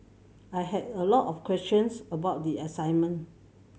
I had a lot of questions about the assignment